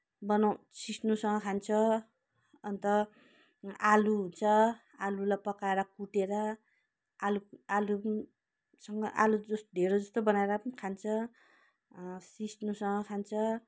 बनाउ सिस्नोसँग खान्छ अन्त आलु हुन्छ आलुलाई पकाएर कुटेर आलु आलुसँग आलु ढिँडोजस्तो बनाएर पनि खान्छ सिस्नोसँग खान्छ